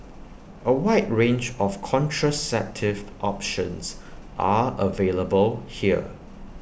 A wide range of contraceptive options are available here